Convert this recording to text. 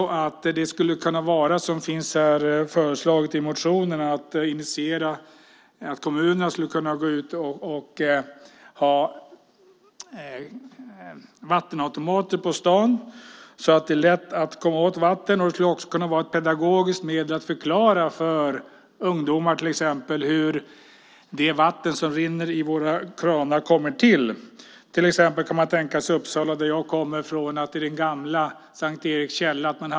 I motionen föreslås att kommunerna skulle kunna ha vattenautomater på stan så att det är lätt att komma åt vatten. Det skulle också kunna vara ett pedagogiskt medel för att förklara för ungdomar till exempel hur det vatten som rinner i våra kranar kommer till. Man skulle kunna tänka sig att man i Uppsala, där jag kommer från, skulle ha en automat vid S:t Eriks källa.